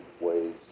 ways